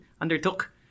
undertook